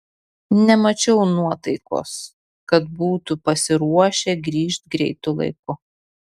nemačiau nuotaikos kad būtų pasiruošę grįžt greitu laiku